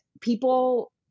people